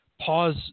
pause